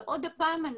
ועוד הפעם,